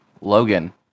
Logan